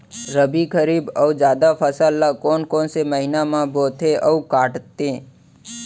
रबि, खरीफ अऊ जादा फसल ल कोन कोन से महीना म बोथे अऊ काटते?